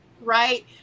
right